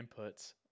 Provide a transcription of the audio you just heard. inputs